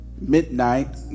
midnight